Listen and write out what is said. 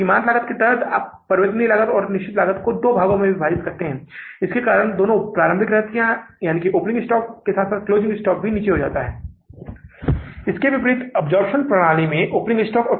इसलिए मैं इस प्रारूप को यहां तैयार कर रहा हूं और अब यहां रुकूंगी और अगली कक्षा में इन सभी वस्तुओं को यहां भर दूँगा जो भी जानकारी हमने अब तक अलग अलग समय में विभिन्न अनुसूचियों में उत्पन्न की है